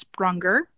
Sprunger